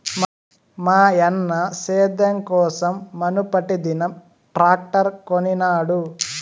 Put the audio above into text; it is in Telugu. మాయన్న సేద్యం కోసం మునుపటిదినం ట్రాక్టర్ కొనినాడు